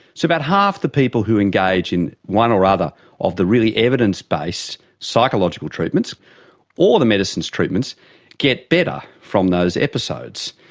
so about half the people who engage in one or other of the really evidence-based psychological treatments or the medicines treatments get better from those episodes.